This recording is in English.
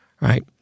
right